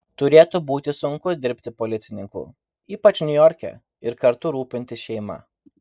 turėtų būti sunku dirbti policininku ypač niujorke ir kartu rūpintis šeima